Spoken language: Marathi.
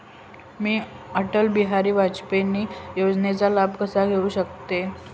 मी अटल बिहारी वाजपेयी योजनेचा लाभ कसा घेऊ शकते?